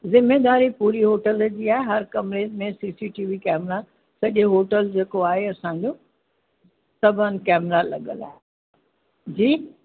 ज़िमेदारी पूरी होटल जी आहे हर कमरे में C C T V camera सॼे होटल जेको आहे असांजो सभु हंधु कैमरा लॻल आहे जी